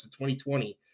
2020